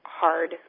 hard